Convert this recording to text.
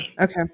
Okay